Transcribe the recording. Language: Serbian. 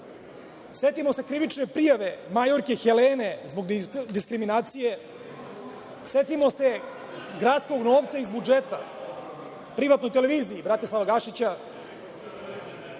se krivične prijave, majorke Helene zbog diskriminacije, setimo se gradskog novca iz budžeta privatnoj televiziji Bratislava Gašića,